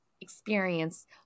experience